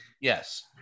Yes